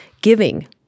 giving